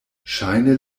ŝajne